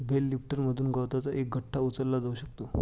bell लिफ्टरमधून गवताचा एक गठ्ठा उचलला जाऊ शकतो